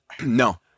No